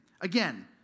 Again